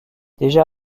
déjà